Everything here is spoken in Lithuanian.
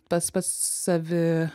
pats pats savi